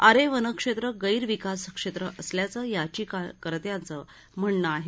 आरे वनक्षेत्र गैरविकास क्षेत्र असल्याचं याचिकार्त्यांचं म्हणनं आहे